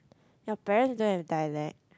your parents don't have dialect